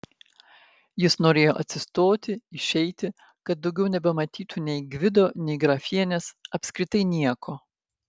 jis norėjo atsistoti išeiti kad daugiau nebematytų nei gvido nei grafienės apskritai nieko